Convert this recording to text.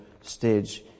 stage